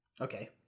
okay